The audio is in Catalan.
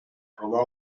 robar